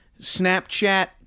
Snapchat